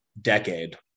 decade